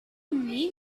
mean